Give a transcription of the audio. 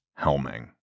helming